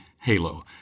halo